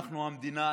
אנחנו המדינה,